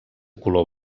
color